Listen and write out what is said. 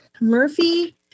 Murphy